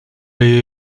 les